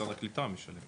משרד הקליטה משלם.